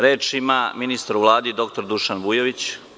Reč ima ministar u Vladi dr Dušan Vujović.